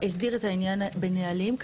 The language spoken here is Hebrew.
הסדיר את העניין בנהלים.